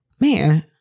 man